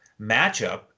matchup